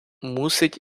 мусить